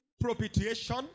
propitiation